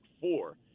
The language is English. four